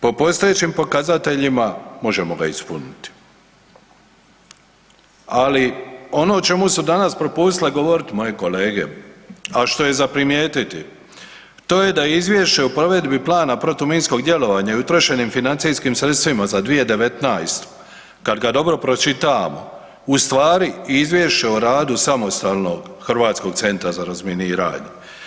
Po postojećim pokazateljima možemo ga ispuniti, ali ono o čemu su danas propustile govoriti moje kolege, a što je za primijetiti to je da Izvješće o provedi Plana protuminskog djelovanja i utrošenim financijskim sredstvima za 2019. kada ga dobro pročitamo ustvari izvješće o radu samostalnog Hrvatskog centra za razminiranje.